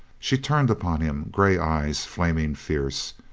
she turned upon him, gray eyes flaming fierce.